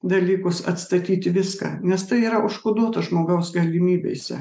dalykus atstatyti viską nes tai yra užkoduota žmogaus galimybėse